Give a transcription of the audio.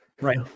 right